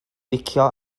licio